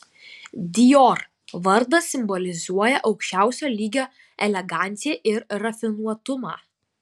dior vardas simbolizuoja aukščiausio lygio eleganciją ir rafinuotumą